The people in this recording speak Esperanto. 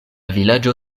vilaĝo